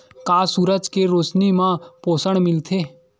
का सूरज के रोशनी म पोषण मिलथे?